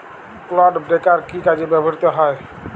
Clod breaker কি কাজে ব্যবহৃত হয়?